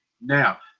now